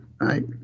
right